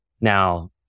Now